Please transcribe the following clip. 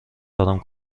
دارم